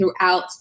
throughout